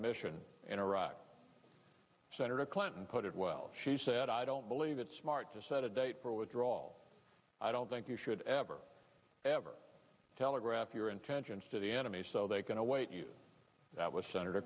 mission in iraq senator clinton put it well she said i don't believe it's smart to set a date for withdrawal i don't think you should ever ever telegraph your intentions to the enemy so they can await you that was sen